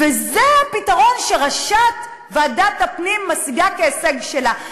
וזה הפתרון שראשת ועדת הפנים משיגה כהישג שלה.